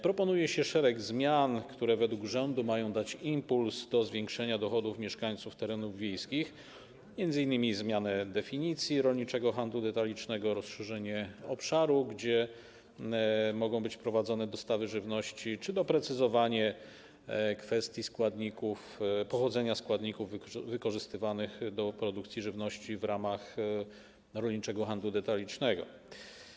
Proponuje się szereg zmian, które według rządu mają dać impuls do zwiększenia dochodów mieszkańców terenów wiejskich, m.in. zmianę definicji rolniczego handlu detalicznego, rozszerzenie obszaru, na którym mogą być prowadzone dostawy żywności, czy doprecyzowanie kwestii pochodzenia składników wykorzystywanych do produkcji żywności w ramach rolniczego handlu detalicznego.